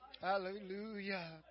Hallelujah